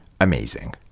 amazing